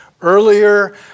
earlier